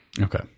Okay